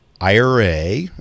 IRA